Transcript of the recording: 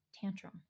tantrum